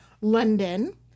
London